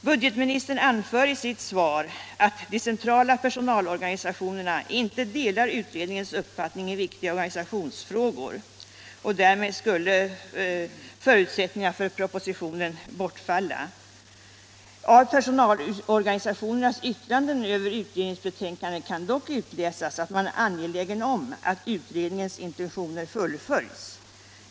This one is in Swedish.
Budgetministern anför i sitt svar att de centrala personalorganisationerna inte delar utredningens uppfattning i viktiga organisationsfrågor, och därmed skulle förutsättningar för propositionen bortfalla. I personalorganisationernas yttranden över utredningens betänkande kan dock utläsas att man är angelägen om att utredningens intentioner fullföljs.